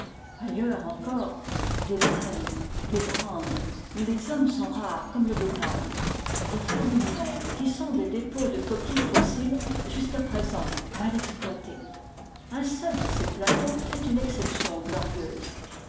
ailleurs encore des hrennes des brandcs où les hommes sont rares comme le bétail des falunières qui sont des dépôts de coquilles fossiles jusqu'à présent mal exploités un seul de ces plateaux fait une exception glorieuse